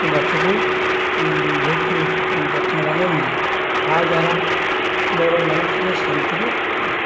ମୁଁ ଗଛକୁ ବହୁତ ଯତ୍ନବାନ ନିଏ ଆ ଦ୍ୱାରା ମୋର ମନ ଟିକିଏ ଶାନ୍ତିରେ ରୁହେ